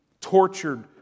tortured